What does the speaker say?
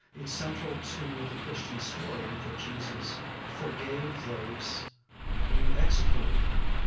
it's central to the christian story that jesus forgave those who executed him.